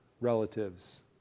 relatives